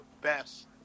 best